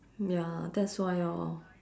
ya that's why orh